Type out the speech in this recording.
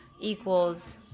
equals